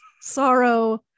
sorrow